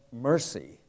mercy